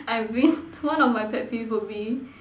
I mean one of my pet peeve would be